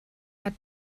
hat